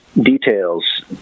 details